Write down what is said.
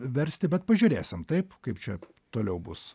versti bet pažiūrėsim taip kaip čia toliau bus